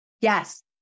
Yes